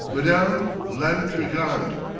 madame l'intrigante